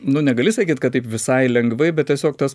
nu negali sakyt kad taip visai lengvai bet tiesiog tas